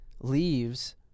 leaves